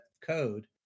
code